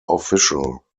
official